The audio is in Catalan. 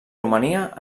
romania